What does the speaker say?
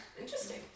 Interesting